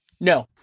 No